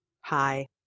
Hi